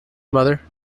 mother